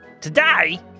Today